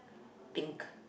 pink